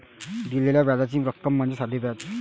दिलेल्या व्याजाची रक्कम म्हणजे साधे व्याज